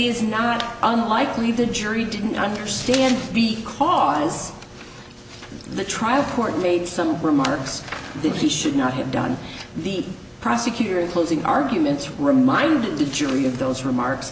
is not unlikely the jury didn't understand the cause of the trial court made some remarks that he should not have done the prosecutor in closing arguments reminded the jury of those remarks